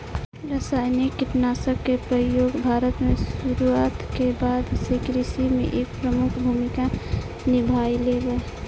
रासायनिक कीटनाशक के प्रयोग भारत में शुरुआत के बाद से कृषि में एक प्रमुख भूमिका निभाइले बा